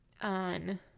on